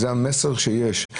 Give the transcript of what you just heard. זה המסר שיש.